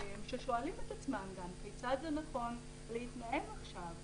ששואלים את עצמם כיצד נכון להתנהל עכשיו.